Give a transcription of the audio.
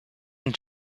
and